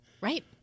Right